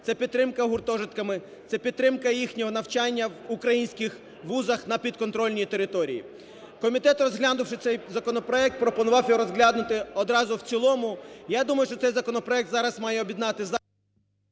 це підтримка гуртожитками, це підтримка їхнього навчання в українських вузах на підконтрольній території. Комітет, розглянувши цей законопроект, пропонував його розглянути одразу в цілому. Я думаю, що цей законопроект зараз має об'єднати